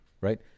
right